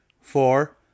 four